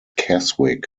keswick